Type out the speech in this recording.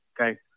Okay